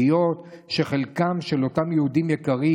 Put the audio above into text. היות שחלקם של אותם יהודים יקרים,